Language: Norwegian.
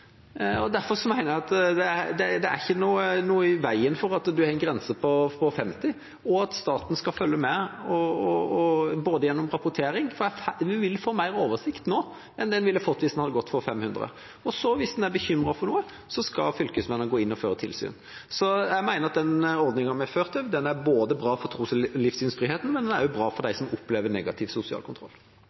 Derfor mener jeg at det ikke er noe i veien for at man har en grense på 50, og at staten skal følge med, bl.a. gjennom rapportering, for vi vil få mer oversikt nå enn det vi ville fått hvis vi hadde gått for 500. Og hvis en er bekymret for noe, skal fylkesmennene gå inn og føre tilsyn. Så jeg mener at den ordningen vi har, både er bra for tros- og livssynsfriheten og også for dem som opplever negativ sosial kontroll.